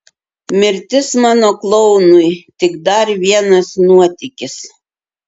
mirtis mano klounui tik dar vienas nuotykis